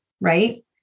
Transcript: right